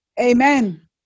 Amen